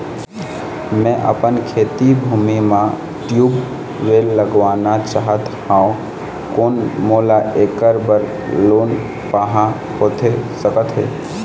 मैं अपन खेती भूमि म ट्यूबवेल लगवाना चाहत हाव, कोन मोला ऐकर बर लोन पाहां होथे सकत हे?